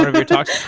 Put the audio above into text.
your talks.